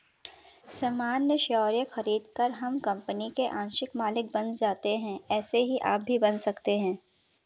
सामान्य शेयर खरीदकर हम कंपनी के आंशिक मालिक बन जाते है ऐसे ही आप भी बन सकते है